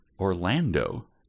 Orlando